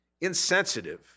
insensitive